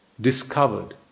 discovered